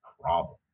problem